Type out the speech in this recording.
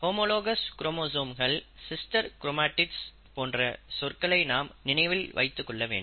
homologous குரோமோசோம்கள் sister chromatids போன்ற சொற்களை நாம் நினைவில் வைத்துக்கொள்ள வேண்டும்